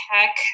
tech